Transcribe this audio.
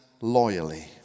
loyally